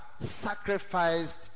sacrificed